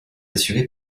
assuré